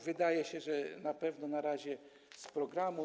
Wydaje się, że na pewno na razie z programu.